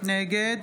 נגד